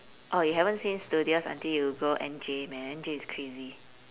oh you haven't seen studious until you go N_J man N_J is crazy